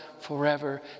forever